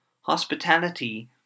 Hospitality